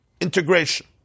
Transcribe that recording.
integration